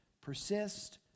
persist